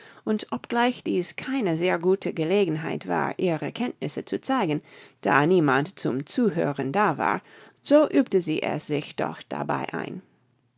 und obgleich dies keine sehr gute gelegenheit war ihre kenntnisse zu zeigen da niemand zum zuhören da war so übte sie es sich doch dabei ein